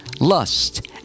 lust